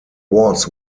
was